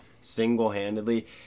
Single-handedly